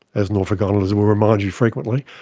as norfolk islanders will remind you frequently.